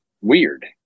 weird